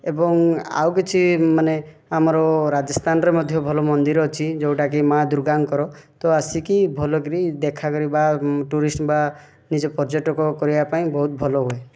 ଏବଂ ଆଉକିଛି ମାନେ ଆମର ରାଜସ୍ଥାନରେ ମଧ୍ୟ୍ୟ ଭଲ ମନ୍ଦିର ଅଛି ଯେଉଁଟାକି ମା' ଦୁର୍ଗାଙ୍କର ତ ଆସିକି ଭଲକିରି ଦେଖା କରିବା ଟୁରିଷ୍ଟ୍ ବା ନିଜ ପର୍ଯ୍ୟଟକ କରିବାପାଇଁ ବହୁତ ଭଲ ହୁଏ